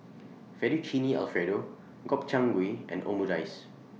Fettuccine Alfredo Gobchang Gui and Omurice